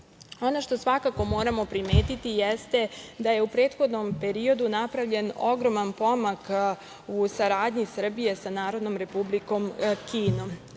što svakako moramo primetiti jeste da je u prethodnom periodu napravljen ogroman pomak u saradnji Srbije sa Narodnom Republikom Kinom.